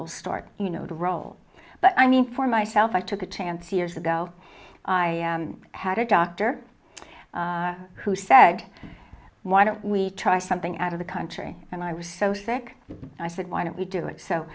will start you know the role but i mean for myself i took a chance years ago i had a doctor who said why don't we try something out of the country and i was so sick and i said why don't we do it so